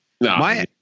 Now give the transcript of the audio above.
No